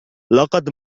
لقد